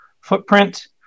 footprint